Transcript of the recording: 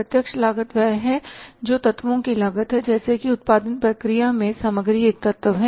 प्रत्यक्ष लागत वह है जो तत्वों की लागत है जैसे कि उत्पादन प्रक्रिया में सामग्री एक तत्व है